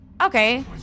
Okay